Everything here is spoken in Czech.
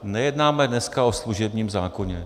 Nejednáme dneska o služebním zákoně.